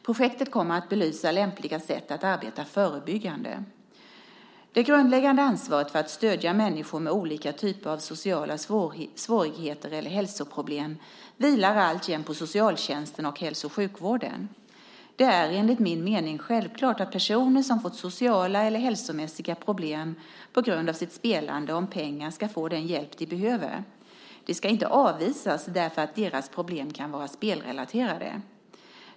Projektet kommer att belysa lämpliga sätt att arbeta förebyggande. Det grundläggande ansvaret för att stödja människor med olika typer av sociala svårigheter eller hälsoproblem vilar alltjämt på socialtjänsten och hälso och sjukvården. Det är enligt min mening självklart att personer som har fått sociala eller hälsomässiga problem på grund av sitt spelande om pengar ska få den hjälp de behöver. De ska inte avvisas därför att deras problem kan vara spelrelaterade.